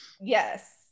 yes